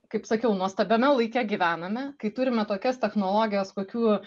kaip sakiau nuostabiame laike gyvename kai turime tokias technologijas kokių